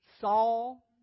Saul